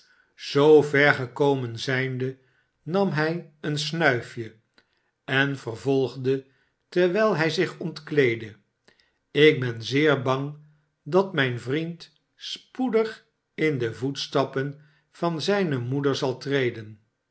zoover gekomen zijnde nam hij een snuifje en vervolgde terwijl hij zich ontkleedde ik ben zeer bang dat mijn vriend spoedig in de voetstappen van zijne moeder zal treden